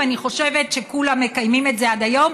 ואני חושבת שכולם מקיימים את זה עד היום,